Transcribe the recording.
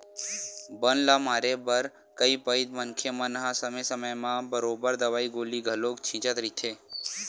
बन ल मारे बर कई पइत मनखे मन हा समे समे म बरोबर दवई गोली घलो छिंचत रहिथे